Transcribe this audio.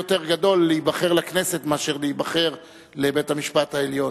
להיבחר לכנסת הרבה יותר גדול מאשר להיבחר לבית-המשפט העליון.